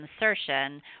insertion